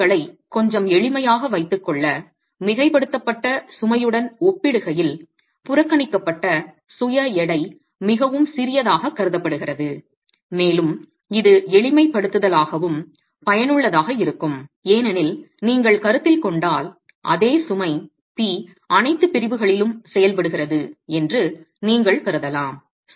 விஷயங்களைக் கொஞ்சம் எளிமையாக வைத்துக் கொள்ள மிகைப்படுத்தப்பட்ட சுமையுடன் ஒப்பிடுகையில் புறக்கணிக்கப்பட்ட சுய எடை மிகவும் சிறியதாகக் கருதப்படுகிறது மேலும் இது எளிமைப்படுத்துதலாகவும் பயனுள்ளதாக இருக்கும் ஏனெனில் நீங்கள் கருத்தில் கொண்டால் அதே சுமை P அனைத்து பிரிவுகளிலும் செயல்படுகிறது என்று நீங்கள் கருதலாம்